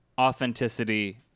authenticity